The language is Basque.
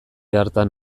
hartan